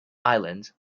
island